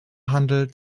handel